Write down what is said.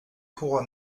courroies